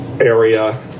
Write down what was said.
area